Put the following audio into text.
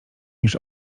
niż